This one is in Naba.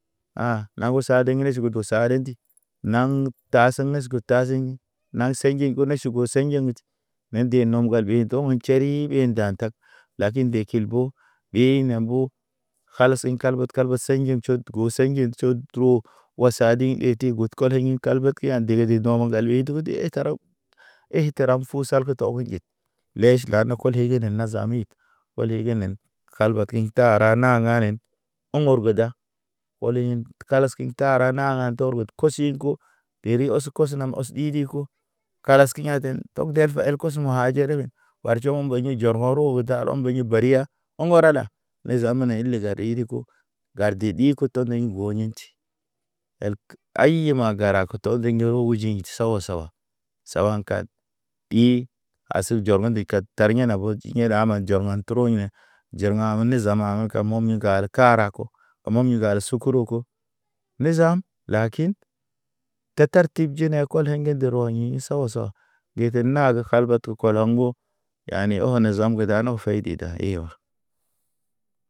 Ha̰, na o sado rḛʃ odo sa rḛnti, naŋ ta seŋ es go taziŋ na seŋge gona ʃugu seŋgeŋ ti. Me de nɔm ŋgal be do̰ tʃeri ɓe nda tag. Lakin de kil bo, ɓee na mbo. Kalas ḭ kalbat kalbat sḭ njem tʃod ge go sḭ njem tʃod dro. Wa sa di ɓeti god koɲiŋ kalbat ki ya piya degedege do̰ do̰ mo̰ ŋgali e karab. E təraŋ fu sal ke tɔ ge nje Leʃ lame kɔliŋ ge ne naza mid, koliŋ nen kalba keɲ ta. Taara naŋganen ɔŋ ɔrgo da kɔliŋ kalas kin tara naŋga torgod kosiŋko. Deri ɔs kosnam ɔs ɗiɗi ko, karas ki ya̰ten tɔg del fa el kɔsmo usma hajere wen. Ɓar jo̰ ɓeɲi jɔrmo roho da lɔm ɓeɲi bariya. Ɔŋ ŋgara la. Me zam ne ili gar ɗiɗi ko, gar de ɗi koto noɲoy go inti. Elk ayi ma gara koto, tondo ŋgew uji hid sawa sawa. Sawa an kad ɗi, aseg jɔr ndikad, tar yana ɓod yḛ ɗa man jɔr han tro ine. Jer ha̰ nimi zama kam, kam momi gar kara ko. Momi gal sukoroko, mezam lakin. Ketar kib jene kɔlḛ nderwayḭ sawa sawa, gete naag kalba tu kɔlɔŋo yani ɔni zam ge dano feydi ɗa iwa.